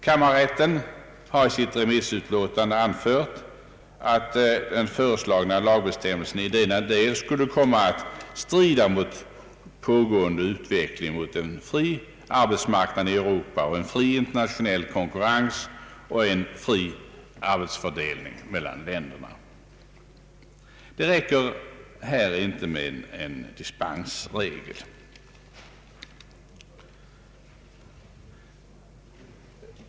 Kammarrätten har i sitt remissyttrande anfört att den föreslagna lagbestämmelsen i denna del skulle komma att strida mot pågående utveckling mot en fri arbetsmarknad i Europa, en fri internationell konkurrens och en fri arbetsfördelning mellan länderna. Här räcker det inte med en dispensregel.